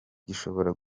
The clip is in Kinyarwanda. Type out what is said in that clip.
gishobora